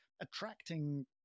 attracting